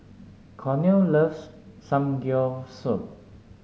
Cornel loves Samgyeopsal